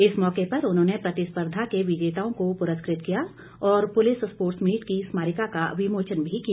इस मौके पर उन्होंने प्रतिस्पर्धा के विजेताओं को पुरस्कृत किया और पुलिस स्पोर्टस मीट की स्मारिका का विमोचन भी किया